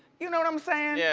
you know what i'm sayin'? yeah